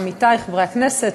עמיתי חברי הכנסת,